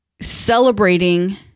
celebrating